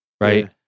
right